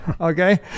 Okay